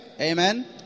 Amen